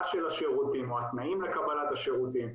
של השירותים או התנאים לקבלת השירותים,